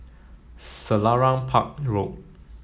Selarang Park Road